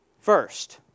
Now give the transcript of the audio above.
First